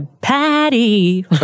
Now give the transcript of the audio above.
Patty